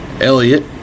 Elliot